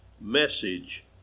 message